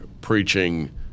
preaching